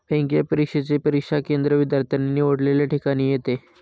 बँकेच्या परीक्षेचे परीक्षा केंद्र विद्यार्थ्याने निवडलेल्या ठिकाणी येते